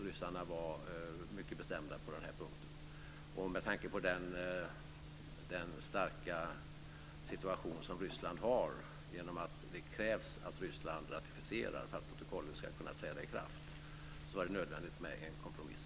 Ryssarna var mycket bestämda på den punkten, och med tanke på den starka position som Ryssland har, genom att det krävs att Ryssland ratificerar för att protokollet ska kunna träda i kraft, var det nödvändigt med en kompromiss.